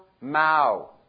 Mao